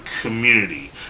community